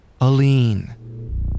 Aline